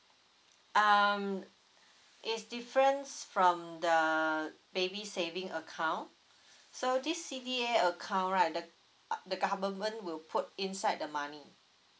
um it's different from the baby saving account so this C_D_A account right the the government will put inside the money